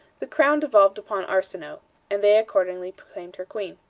the crown devolved upon arsinoe and they accordingly proclaimed her queen.